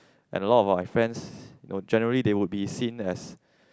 and a lot of my friends you know generally they will be seen as